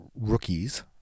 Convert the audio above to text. Rookies